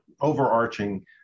overarching